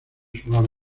suave